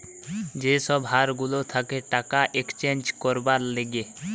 যে সব হার গুলা থাকে টাকা এক্সচেঞ্জ করবার লিগে